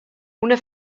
una